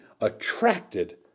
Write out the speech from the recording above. attracted